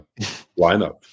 lineup